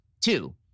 Two